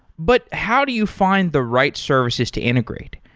but how do you find the right services to integrate?